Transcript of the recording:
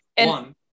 one